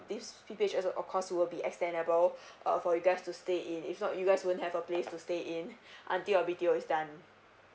this P_P_H_S of course will be extendable uh for you guys to stay in if not you guys don't have a place to stay in until the B_T_O is done